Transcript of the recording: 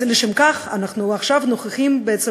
אז לשם כך אנחנו כאן עכשיו נוכחים בעצם